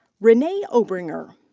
renee obringer.